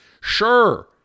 Sure